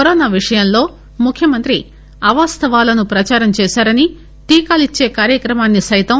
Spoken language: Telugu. కరోనా విషయంలో ముఖ్యమంత్రి అవాస్తవాలను ప్రచారం చేశారనిటీకాలు ఇచ్చే కార్యక్రమాన్ని సైతం